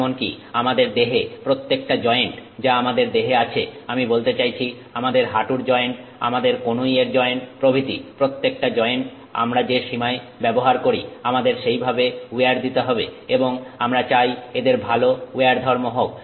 এমনকি আমাদের দেহে প্রত্যেকটা জয়েন্ট যা আমাদের দেহে আছে আমি বলতে চাইছি আমাদের হাঁটুর জয়েন্ট আমাদের কনুই এর জয়েন্ট প্রভৃতি প্রত্যেকটা জয়েন্ট আমরা যে সীমায় ব্যবহার করি আমাদের সেই ভাবে উইয়ার দিতে হবে এবং আমরা চাই এদের ভালো উইয়ার ধর্ম হোক